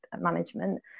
management